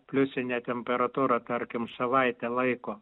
pliusinė temperatūra tarkim savaitę laiko